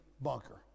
Bunker